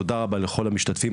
תודה רבה לכל המשתתפים.